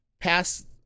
pass